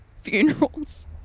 funerals